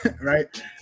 right